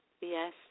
Yes